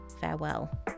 farewell